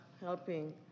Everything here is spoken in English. helping